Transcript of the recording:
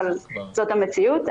אבל זאת המציאות.